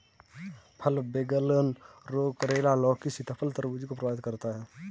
फल विगलन रोग करेला, लौकी, सीताफल, तरबूज को प्रभावित करता है